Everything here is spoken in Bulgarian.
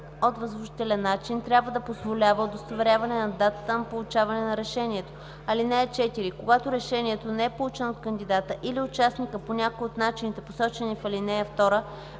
от възложителя начин трябва да позволява удостоверяване на датата на получаване на решението. (4) Когато решението не е получено от кандидата или участника по някой от начините, посочени в ал. 2,